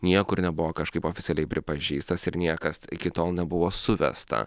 niekur nebuvo kažkaip oficialiai pripažįstas ir niekas iki tol nebuvo suvesta